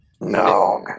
No